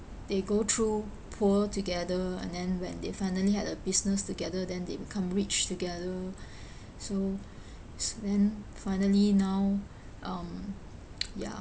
they go through poor together and then when they finally had a business together then they become rich together so so then finally now um ya